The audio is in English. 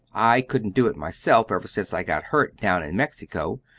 i couldn't do it myself ever since i got hurt down in mexico,